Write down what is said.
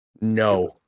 No